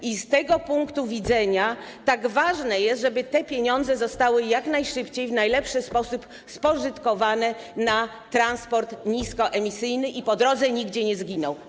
I z tego punktu widzenia tak ważne jest, żeby te pieniądze zostały jak najszybciej w najlepszy sposób spożytkowane na transport niskoemisyjny i po drodze nigdzie nie zginęły.